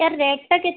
ତା ର ରେଟ୍ ଟା କେତେ